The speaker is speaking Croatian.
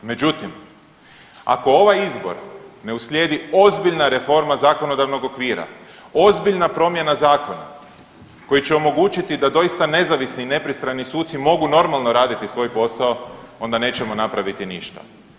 Međutim, ako ovaj izbor ne uslijedi ozbiljna reforma zakonodavnog okvira, ozbiljna promjena zakona koji će omogućiti da doista nezavisni i nepristrani suci mogu normalno raditi svoj posao onda nećemo napraviti ništa.